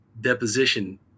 deposition